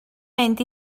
mynd